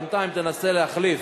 בינתיים תנסה להחליף,